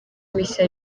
mishya